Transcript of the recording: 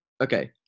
Okay